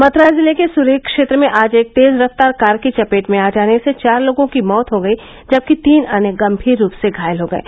मथुरा जिले के सुरीर क्षेत्र में आज एक तेज रफ्तार कार की चपेट में आ जाने से चार लोगों की मौत हो गयी जबकि तीन अन्य गम्भीर रूप से घायल हो गये